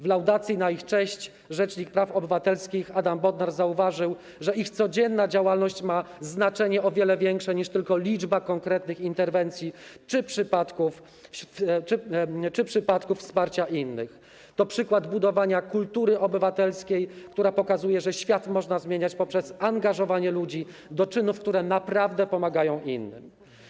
W laudacji na ich cześć rzecznik praw obywatelskich Adam Bodnar zauważył, że ich codzienna działalność ma znaczenie o wiele większe niż tylko liczba konkretnych interwencji czy przypadków wsparcia innych - to przykład budowania kultury obywatelskiej, która pokazuje, że świat można zmienić poprzez angażowanie ludzi do czynów, które naprawdę pomagają innym.